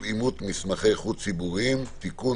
אימות מסמכי חוץ ציבוריים) (תיקון),